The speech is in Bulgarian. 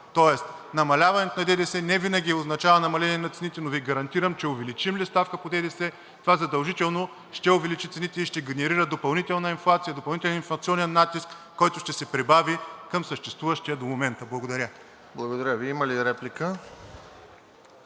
Тоест намаляването на ДДС не винаги означава намаление на цените, но Ви гарантирам, че увеличим ли ставката по ДДС, това задължително ще увеличи цените и ще генерира допълнителна инфлация, допълнителен инфлационен натиск, който ще се прибави към съществуващия до момента. Благодаря.